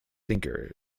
thinker